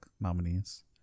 nominees